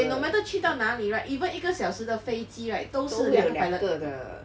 okay no matter 去到哪里 right even 一个小时的飞机 right 都是有两个 pilot